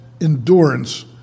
endurance